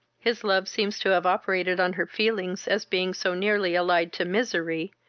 his love seems to have operated on her feelings as being so nearly allied to misery,